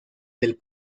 del